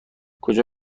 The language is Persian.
کجا